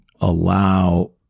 allow